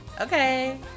okay